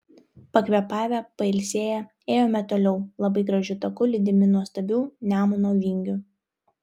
pakvėpavę pailsėję ėjome toliau labai gražiu taku lydimi nuostabių nemuno vingių